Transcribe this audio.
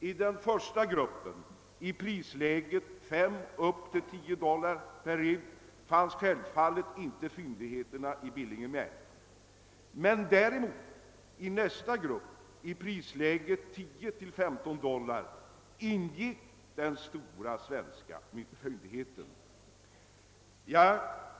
I den första gruppen, i prisläget 5—10 dollar per Ib, fanns självfallet inte fyndigheterna i Billingen upptagna. I nästa grupp, i prisläget 10—15 dollar per Ib, ingick däremot den stora svenska fyndigheten.